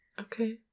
Okay